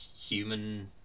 human